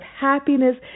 happiness